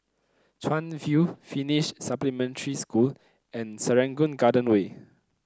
Chuan View Finnish Supplementary School and Serangoon Garden Way